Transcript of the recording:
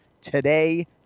today